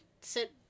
sit